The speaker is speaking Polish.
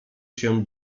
się